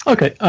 Okay